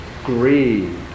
greed